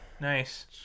Nice